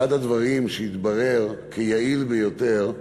אחד הדברים שהתברר כיעיל ביותר,